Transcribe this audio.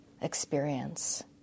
experience